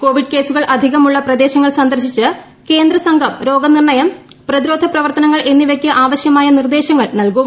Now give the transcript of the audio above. Covid കേസുകൾ അധികമുള്ള പ്രദേശങ്ങൾ സന്ദർശിച്ചു കേന്ദ്രസംഘം രോഗനിർണയം പ്രതിരോധ പ്രവർത്തനങ്ങൾ എന്നിവയ്ക്ക് ആവശ്യമായ നിർദ്ദേശങ്ങൾ നൽകും